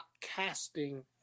casting